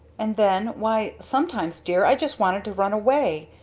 and then why sometimes dear, i just wanted to run away!